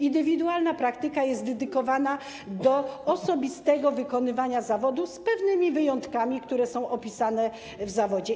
Indywidualna praktyka jest dedykowana osobistemu wykonywaniu zawodu z pewnymi wyjątkami, które są opisane w przypadku zawodzie.